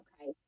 Okay